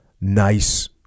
nice